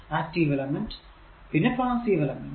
active element അല്ലെങ്കിൽ passive element